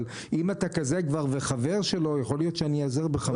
אבל אם אתה כזה כבר וחבר שלו יכול להיות שאני איעזר בך.